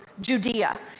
Judea